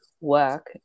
work